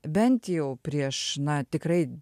bent jau prieš na tikrai